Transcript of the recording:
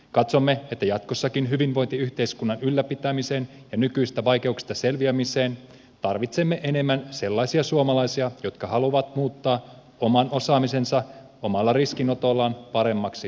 katsomme että jatkossakin hyvinvointiyhteiskunnan ylläpitämiseen ja nykyisistä vaikeuksista selviämiseen tarvitsemme enemmän sellaisia suomalaisia jotka haluavat muuttaa oman osaamisensa omalla riskinotollaan paremmaksi toimeentuloksi